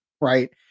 Right